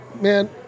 Man